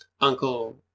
Uncle